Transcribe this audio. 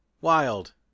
Wild